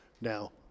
now